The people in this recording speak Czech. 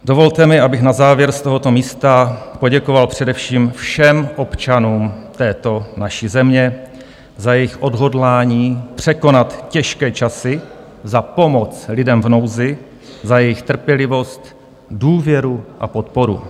Dovolte mi, abych na závěr z tohoto místa poděkoval především všem občanům této naší země za jejich odhodlání překonat těžké časy, za pomoc lidem v nouzi, za jejich trpělivost, důvěru a podporu.